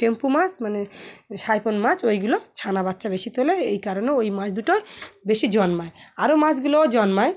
টেম্পু মাছ মানে সাইফন মাছ ওইগুলো ছানা বাচ্চা বেশি তোলে এই কারণে ওই মাছ দুটোয় বেশি জন্মায় আরও মাছগুলোও জন্মায়